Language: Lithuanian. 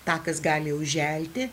takas gali užželti